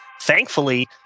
thankfully